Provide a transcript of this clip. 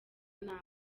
nabi